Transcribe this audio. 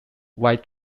white